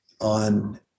on